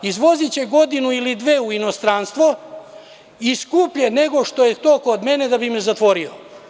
Izvoziće godinu ili dve u inostranstvo i skuplje nego što je to kod mene, da bi me zatvorio.